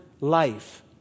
life